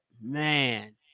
man